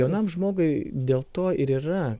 jaunam žmogui dėl to ir yra